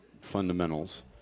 fundamentals